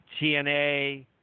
TNA